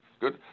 Good